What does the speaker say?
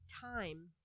time